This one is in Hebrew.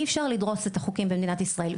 אי אפשר לדרוס את החוקים במדינת ישראל,